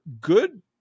good